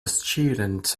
student